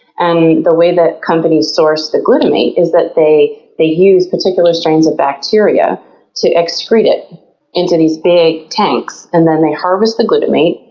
and the way that companies source the glutamate is that they they use particular strains of bacteria to excrete it into these bigs tanks. and then they harvest the glutamate,